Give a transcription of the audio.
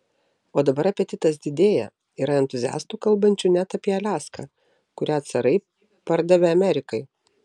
o dabar apetitas didėja yra entuziastų kalbančių net apie aliaską kurią carai pardavė amerikai